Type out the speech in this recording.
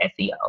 SEO